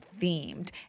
themed